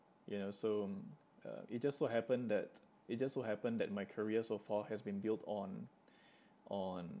you know so um uh it just so happen that it just so happen that my career so far has been built on on